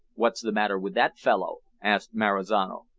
what's the matter with that fellow? asked marizano,